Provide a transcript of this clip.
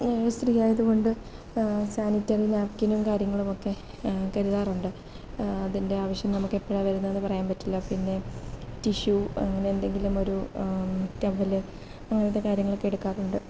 ഞാനൊരു സ്ത്രീ ആയതുകൊണ്ട് സാനിറ്ററി നാപ്കിനും കാര്യങ്ങളുമൊക്കെ കരുതാറുണ്ട് അതിൻ്റെ ആവശ്യം നമുക്ക് എപ്പോഴാണ് വരുന്നതെന്നു പറയാൻ പറ്റില്ല പിന്നെ ടിഷ്യു എന്തെങ്കിലും ഒരു ടവ്വൽ അങ്ങനത്തെ കാര്യങ്ങളൊക്കെ എടുക്കാറുണ്ട്